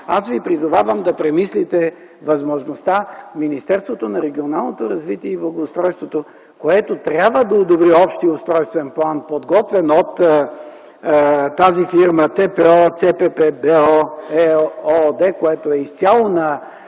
аз Ви призовавам да премислите възможността Министерството на регионалното развитие и благоустройството, което трябва да одобри общия устройствен план, подготвен от тази фирма „ТПО - ЦППБО” ЕООД, която е изцяло на